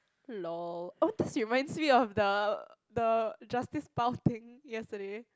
lol oh this reminds me of the the Justice Bao thing yesterday